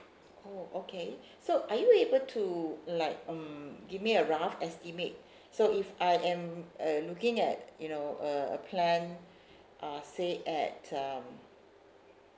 oh okay so are you able to like um give me a rough estimate so if I am uh looking at you know a a plan uh say at um